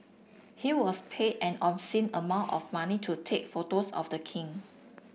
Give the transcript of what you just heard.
he was paid an obscene amount of money to take photos of the king